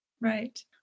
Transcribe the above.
Right